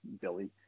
Billy